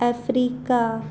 Africa